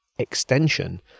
extension